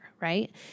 Right